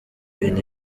bintu